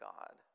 God